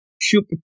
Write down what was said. chup